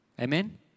Amen